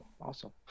awesome